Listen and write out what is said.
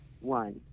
one